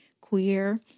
queer